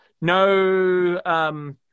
No